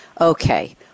okay